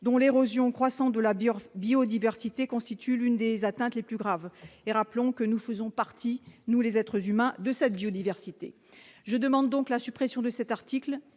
dont l'érosion croissante de la biographe biodiversité constitue l'une des attaques les plus graves et rappelons que nous faisons partie, nous les êtres humains de sa biodiversité je demande donc la suppression de cet article,